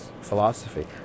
philosophy